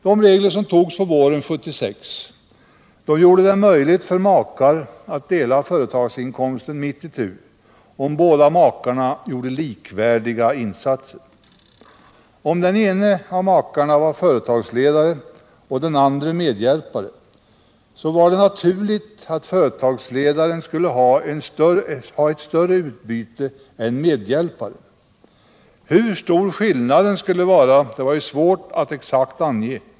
De regler som togs på våren 1976 gjorde det möjligt för makar att dela företagsinkomsten mitt itu om båda gjorde likvärdiga insatser. Om den ene av makarna var företagsledare och den andre medhjälpare så var det naturligt att företagsledaren skulle ha eu större utbyte än medhjälparen. Hur stor skillnaden skulle vara var svårt att exakt ange.